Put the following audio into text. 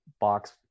box